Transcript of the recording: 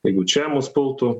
jeigu čia mus pultų